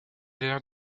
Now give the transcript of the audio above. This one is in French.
l’air